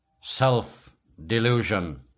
self-delusion